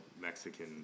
Mexican